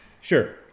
sure